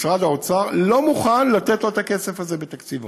משרד האוצר לא מוכן לתת לו את הכסף הזה בתקציבו.